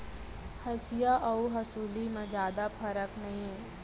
हँसिया अउ हँसुली म जादा फरक नइये